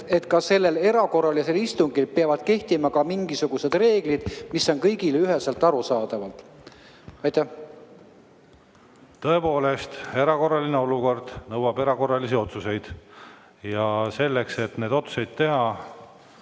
Ka sellel erakorralisel istungil peavad kehtima mingisugused reeglid, mis on kõigile üheselt arusaadavad. Tõepoolest, erakorraline olukord nõuab erakorralisi otsuseid. Ja selleks, et neid otsuseid teha,